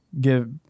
give